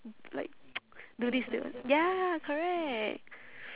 like do this to your~ ya correct